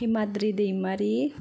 Himadri Daimary